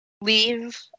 leave